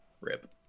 Rip